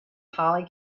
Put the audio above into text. holly